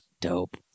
Dope